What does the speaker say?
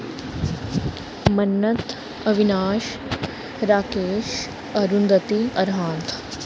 Mannat Avinash Rakesh Arundhati Arihant